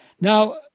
Now